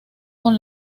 con